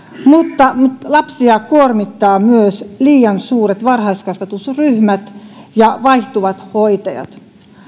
mutta lapsia kuormittavat myös liian suuret varhaiskasvatusryhmät ja vaihtuvat hoitajat